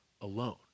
alone